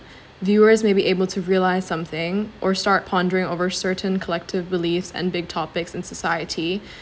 viewers may be able to realise something or start pondering over certain collective beliefs and big topics in society